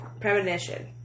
Premonition